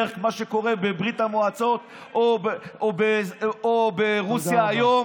שזה בערך מה שקורה בברית המועצות או ברוסיה היום